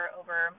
over